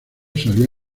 salió